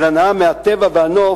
של הנאה מהטבע והנוף,